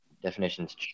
Definitions